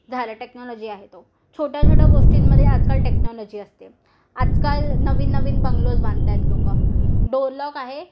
झालं टेक्नॉलॉजी आहे तो छोट्याछोट्या गोष्टींमध्ये आजकाल टेक्नॉलॉजी असते आजकाल नवीन नवीन बंगलोज बांधत आहेत लोक डोर लॉक आहे